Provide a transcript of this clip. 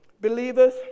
Believers